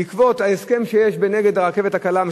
בעקבות ההסכם שיש בין "אגד" לרכבת הקלה,